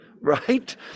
right